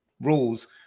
rules